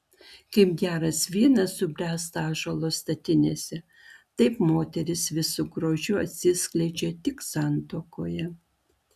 kaip geras vynas subręsta ąžuolo statinėse taip moteris visu grožiu atsiskleidžia tik santuokoje